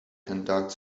conduct